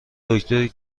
دکتری